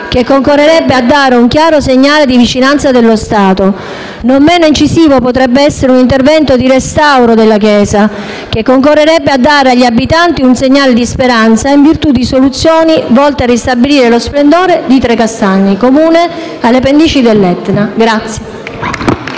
che concorrerebbe a dare un chiaro segnale di vicinanza dello Stato. Non meno incisivo potrebbe essere un intervento di restauro della chiesa, che concorrerebbe a dare agli abitanti un segnale di speranza, in virtù di soluzioni volte a ristabilire lo splendore di Trecastagni, Comune alle pendici dell'Etna.